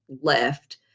left